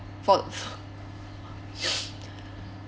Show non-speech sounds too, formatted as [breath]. for [breath]